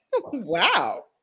Wow